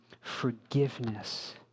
forgiveness